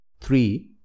Three